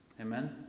Amen